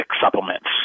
supplements